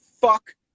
fuck